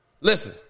Listen